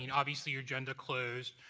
and obviously, your agenda closed.